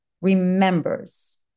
remembers